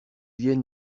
viennent